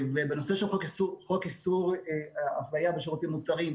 בנושא של חוק איסור אפליה בשירותים ומוצרים,